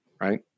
Right